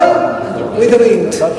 Gone with the wind.